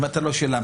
אם לא שילמת,